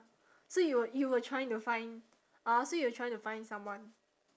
so you were you were trying to find ah so you were trying to find someone